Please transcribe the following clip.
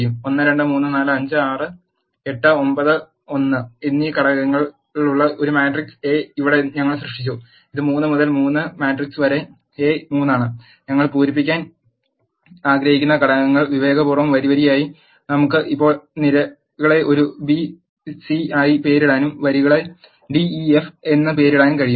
1 2 3 4 5 6 8 9 1 എന്ന ഘടകങ്ങളുള്ള ഒരു മാട്രിക്സ് എ ഇവിടെ ഞങ്ങൾ സൃഷ്ടിച്ചു ഇത് 3 മുതൽ 3 മാട്രിക്സ് വരെ എ 3 ആണ് ഞങ്ങൾ പൂരിപ്പിക്കാൻ ആഗ്രഹിക്കുന്നു ഘടകങ്ങൾ വിവേകപൂർവ്വം വരിവരിയായി നമുക്ക് ഇപ്പോൾ നിരകളെ ഒരു ബി സി ആയി പേരിടാനും വരികളെ d e f എന്ന് പേരിടാൻ കഴിയും